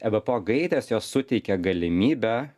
ebpo gairės jos suteikia galimybę